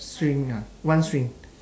string ah one string